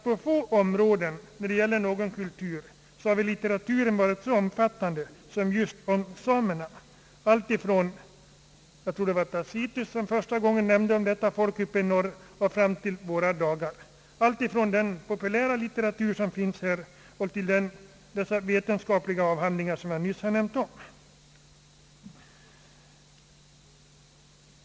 På få områden när det gäller en kultur har litteraturen varit så omfattande som just om samerna, alltifrån Tacitus, som var den förste som nämnde om detta folk långt uppe i norr, och fram till våra dagar — alltifrån den mera populära litteratur som här finns och till de vetenskapliga avhandlingar jag nyss nämnde om.